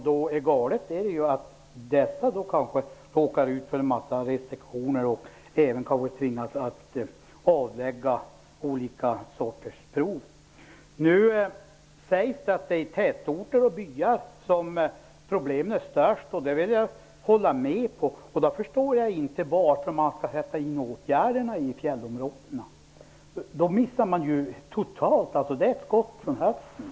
Vad som är galet är att de kanske skulle råka ut för restriktioner och tvingas avlägga olika sorters prov. Nu sägs att det är i tätorter och byar som problemen är störst. Det vill jag hålla med om. Då förstår jag inte varför man skall sätta in åtgärder i fjällområdena. Då missar man ju totalt. Det är ett skott från höften.